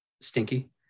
Stinky